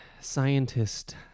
scientist